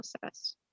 process